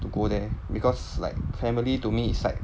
to go there because like family to me it's like